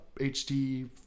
HD